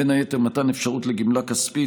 ובין היתר מתן אפשרות לגמלה כספית,